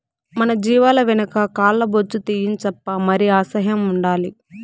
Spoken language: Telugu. మన జీవాల వెనక కాల్ల బొచ్చు తీయించప్పా మరి అసహ్యం ఉండాలి